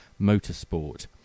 motorsport